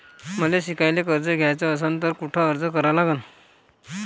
मले शिकायले कर्ज घ्याच असन तर कुठ अर्ज करा लागन?